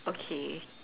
okay